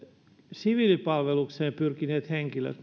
siviilipalvelukseen pyrkineiden henkilöiden